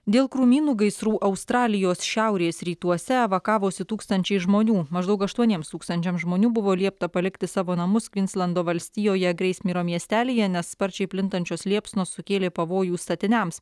dėl krūmynų gaisrų australijos šiaurės rytuose evakavosi tūkstančiai žmonių maždaug aštuoniems tūkstančiams žmonių buvo liepta palikti savo namus kvinslendo valstijoje greismyro miestelyje nes sparčiai plintančios liepsnos sukėlė pavojų statiniams